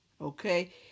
Okay